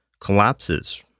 collapses